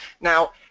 Now